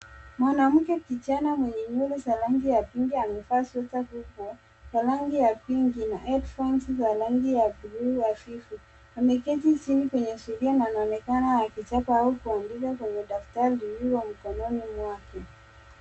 Mwanamke kijana mwenye nywele za rangi ya pinki amevaa sweta kubwa ya rangi pinki na za rangi ya bluu hafifu ameketi jini kwenye sulia anaonekana akichapa au kuandika kwenye taftari lililo mkononi mwake.